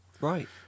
Right